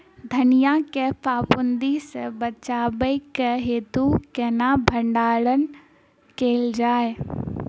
धनिया केँ फफूंदी सऽ बचेबाक हेतु केना भण्डारण कैल जाए?